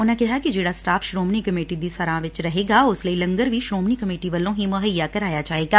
ਉਨੂਾਂ ਕਿਹਾ ਜਿਹੜਾ ਸਟਾਫ ਸ਼ੋਮਣੀ ਕਮੇਟੀ ਦੀ ਸਰਾਂ ਵਿਚ ਰਹੇਗਾ ਉਸ ਲਈ ਲੰਗਰ ਵੀ ਸ਼ੋਮਣੀ ਕਮੇਟੀ ਵੱਲੋਂ ਹੀ ਮੁਹੱਈਆ ਕਰਵਾਇਆ ਜਾਵੇਗਾ